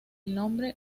nombre